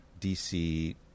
DC